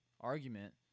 argument